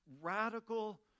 radical